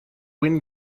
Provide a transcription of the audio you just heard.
when